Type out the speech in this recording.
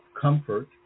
comfort